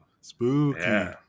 Spooky